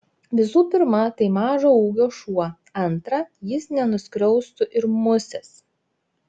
visų pirma tai mažo ūgio šuo antra jis nenuskriaustų ir musės